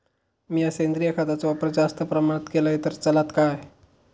मीया सेंद्रिय खताचो वापर जास्त प्रमाणात केलय तर चलात काय?